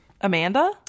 Amanda